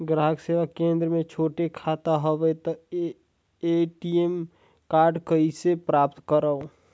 ग्राहक सेवा केंद्र मे छोटे खाता हवय त ए.टी.एम कारड कइसे प्राप्त करव?